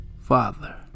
father